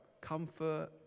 comfort